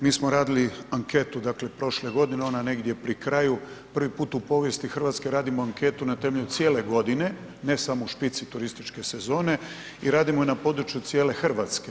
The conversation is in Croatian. Mi smo radili anketu dakle prošle godine, ona je negdje pri kraju, prvi puta u povijesti Hrvatske radimo anketu na temelju cijele godine, ne samo u špici turističke sezone i radimo je na području cijele Hrvatske.